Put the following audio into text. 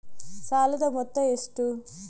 ಸಾಲದ ಮೊತ್ತ ಎಷ್ಟು?